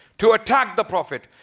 to attack the prophet.